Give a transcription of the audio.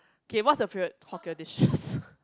okay what's your favourite hawker dish